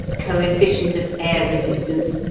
coefficient of air resistance,